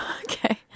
Okay